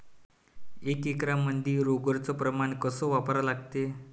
एक एकरमंदी रोगर च प्रमान कस वापरा लागते?